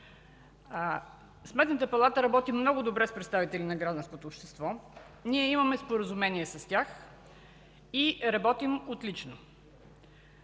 Сметната палата работи много добре с представители на гражданското общество. Ние имаме споразумение с тях и работим отлично.